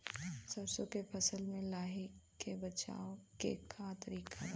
सरसो के फसल से लाही से बचाव के का तरीका बाटे?